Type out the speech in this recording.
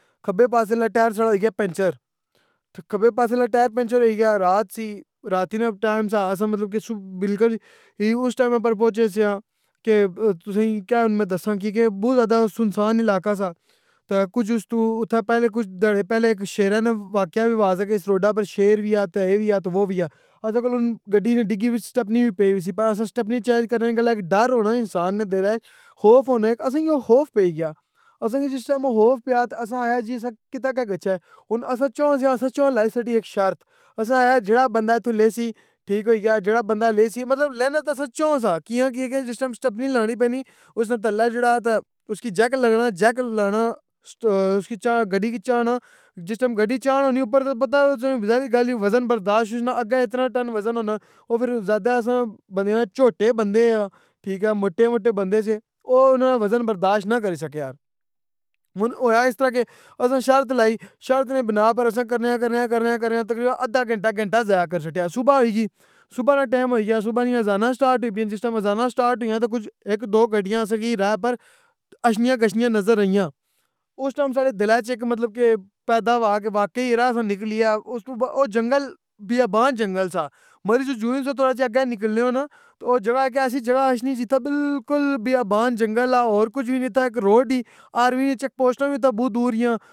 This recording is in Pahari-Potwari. کھبے پاسے نہ ٹیر سا ڑا ہوئی یا پینچر تے کھبے پاسے نہ ٹائر پنچر ہوئی یا رات سی راتینہ ٹیم سا اساں مطلب کہ صُب بالکل ہی اس ٹیم اوپر پہنچے سیاں ‹hesitation› کہ تسیں کی کہ میں دساں کیاں کہ بوں زیادہ سنسان علاقہ سا تا کچھ اُس تو اتھے پہلے کچھ تیڑے پہلے شیرا نہ اک واقعہ‹unintelligible› وی واضح کہ اس روڈا اوپر شیر وی آ تے اے وی آ تا وہ وی آ کول ہن گڈی نی ڈگی وچ سٹیپنی وی پیئی نی سی پر اساں سٹیپنی چینج کرنے نیں گلا ڈر ہونا انسان نے ِدلے خوف ہونا اسیں کی او خوف پئی گیا اسیں کی جس ٹیم او خوف پیا تا اساں اے جی سک کتھے کے گچھے ہن اساں چوں سیاں اساں چوں لائی سٹی ایک شرط اساں آخیا جیڑا بندہ ایتھوں لیسی ٹھیک ہو ئی گیا جیڑا بندہ لیسی مطلب لینا تے اساں چوں سا کیا ں کی کے جس ٹیم سٹیپنی لانی پینی اس تلے جڑا اس کی جیک لگنا جیک لانا اس کی چا گڈی کی چانا جس ٹیم گڈی چا ہونی اوپر بندہ اس ٹیم ظاہری گل ہے وزن برداشت نہ آگے اتنا ٹن وزن ہونا ہو فر زیادہ اساں بندییاں چوٹے بندے آں ٹھیک ہے موٹے موٹے بندے سے او او نہ وزن برداشت نہ کری سکیا ہن ہویا اس طرح کے اساں شرط لائی شرط نی بنا پر اساں کرنیاں کرنیاں کرنیاں کرنیاں تقریبا ادّا گھنٹہ گھنٹہ ضائع کر شڈیا صبح ہوئی گئی صبح نہ ٹایم ہو ئی گیا صبح نیں اذانہ اسٹارٹ ہوئی پین جس ٹیم اذانہ سٹارٹ ہوئییاں تا کچھ ہیک دو گَڈیاں اسیں کی ریھ پر اچھنیاں گچھنیا نظر ائیاں اس ٹیم ساڑے دلے اچ ایک مطلب کہ پیدا ہوا کہ واقعی ہرا اساں نکلیے او جنگل بے بیابان جنگل سا مریتی جوئی تساں تھوڑا اگے نکلنے او نہ او جگہ آکے ایسی جگہ اچھنی جتھا بالکل بیابان جنگل آ ہور کچھ وی نی تا اک روڈ ای آرمینی چیک پوسٹاں وی اتے بو دور دیاں۔